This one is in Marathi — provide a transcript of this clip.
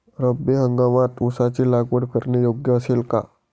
रब्बी हंगामात ऊसाची लागवड करणे योग्य असेल का?